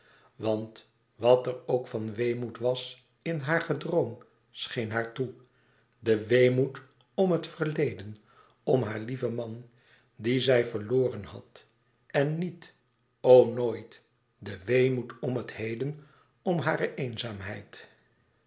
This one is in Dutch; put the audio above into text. want wat er ook van weemoed was in haar gedroom scheen haar toe de weemoed om het verleden om haar lieven man dien zij verloren had en niet o nooit de weemoed om het heden om hare eenzaamheid